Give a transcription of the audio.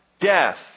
death